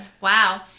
wow